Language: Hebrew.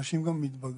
אנשים גם מתבגרים.